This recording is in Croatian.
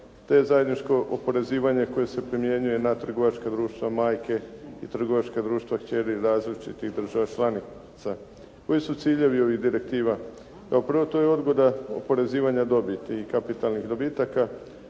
te zajedničko oporezivanje koje se primjenjuje na trgovačka društva "Majke" i trgovačka društva "Kćeri" različitih država članica. Koji su ciljevi ovih direktiva? Kao prvo, to je odgoda oporezivanja dobiti i kapitalnih dobitaka